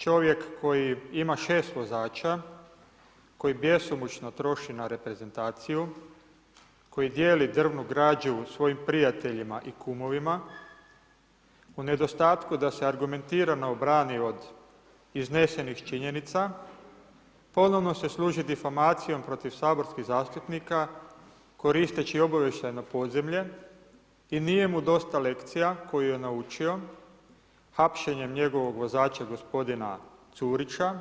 Čovjek koji ima 6 vozača, koji bjesomučno troši na reprezentaciju koji dijeli drvnu građu svojim prijateljima i kumovima u nedostatku da se argumentirano obrani od iznesenih činjenica ponovno se služi difomacijom protiv saborskih zastupnika koristeći obavještajno podzemlje i nije mu dosta lekcija koju je naučio hapšenjem njegovog vozača gospodina Curića